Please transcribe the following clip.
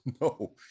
no